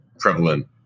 prevalent